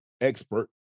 expert